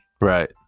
Right